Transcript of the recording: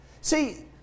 See